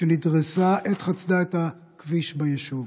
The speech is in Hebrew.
כשנדרסה עת שחצתה את הכביש ביישוב.